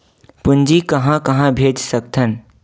पूंजी कहां कहा भेज सकथन?